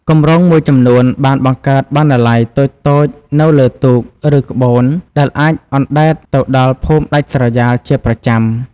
គម្រោងមួយចំនួនបានបង្កើតបណ្ណាល័យតូចៗនៅលើទូក ឬក្បូនដែលអាចអណ្តែតទៅដល់ភូមិដាច់ស្រយាលជាប្រចាំ។